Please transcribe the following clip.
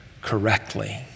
correctly